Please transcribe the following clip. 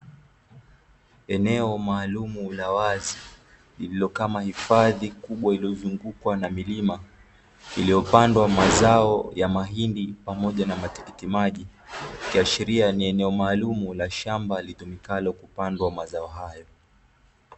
Eneo maalumu la wazi, lililo kama hifadhi kubwa iliyozungukwa na milima iliyopandwa mazao ya mahindi pamoja na matikiti maji, ikiashiria ni eneo maalumu la shamba litumikalo kupandwa mazao hayo.